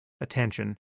attention